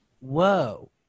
Whoa